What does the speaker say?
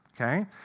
Okay